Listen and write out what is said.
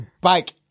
bike